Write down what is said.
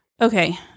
Okay